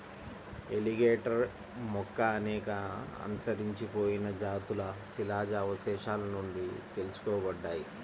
alligator యొక్క అనేక అంతరించిపోయిన జాతులు శిలాజ అవశేషాల నుండి తెలుసుకోబడ్డాయి